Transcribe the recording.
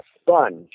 sponge